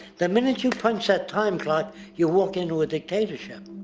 the minute you punch that time clock you walk into a dictatorship.